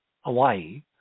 Hawaii